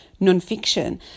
nonfiction